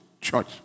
church